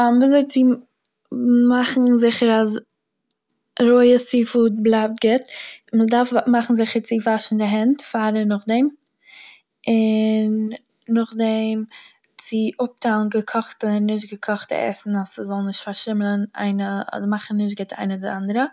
ווי אזוי צו מאכן זיכער אז רויע בלייבט גוט, מ'דארף מאכן זיכער וואשן די הענט פאר און נאכדעם, און נאכדעם צו אפטיילן געקאכטע און נישט געקאכטע עסן אז ס'זאל נישט פארשימלען איינע- מאכן נישט גוט איינע די אנדערע